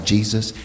Jesus